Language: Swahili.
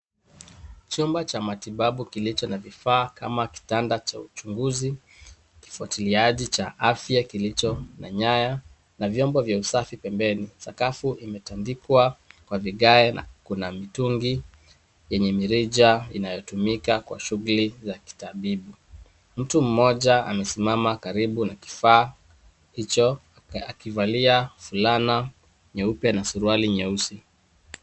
Chumba cha matibabu kilicho na vifaa kama kitanda cha uchunguzi, kifuatiliaji cha afya kilicho na nyaya, na vyombo vya usafi pembeni. Sakafu imetandikwa kwa vigae na kuna mitungi yenye mirija inayotumika kwa shughuli za kitabibu. Mtu mmoja amesimama karibu na kifaa hicho akivalia fulana nyeupe na suruali nyeusi.